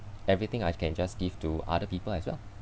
everything I can just give to other people as well